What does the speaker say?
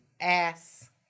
ass